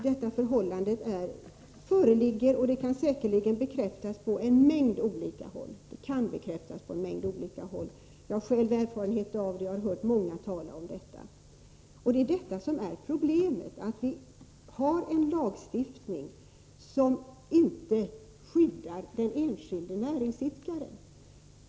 Detta förhållande föreligger — det kan bekräftas på en mängd olika håll. Jag har själv erfarenhet av det, och jag har hört många tala om det. Problemet är att vi har en lagstiftning som inte skyddar den enskilde näringsidkaren.